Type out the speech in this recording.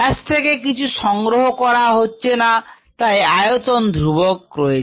batch থেকে কিছু সংগ্রহ করা হচ্ছে না তাই আয়তন ধ্রুবক রয়েছে